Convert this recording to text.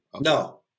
No